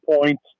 points